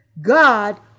God